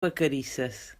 vacarisses